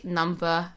number